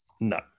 No